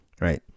right